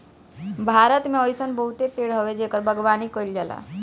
भारत में अइसन बहुते पेड़ हवे जेकर बागवानी कईल जाला